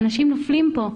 אנשים נופלים פה.